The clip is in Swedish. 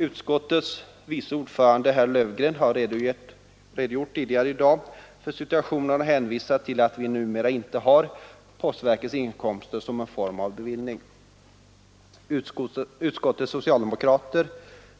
Utskottets vice ordförande herr Löfgren har tidigare i dag redogjort för situationen och hänvisat till att vi numera inte har postverkets inkomster som en form av bevillning Utskottets socialdemokrater